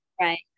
right